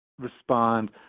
respond